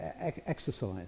exercise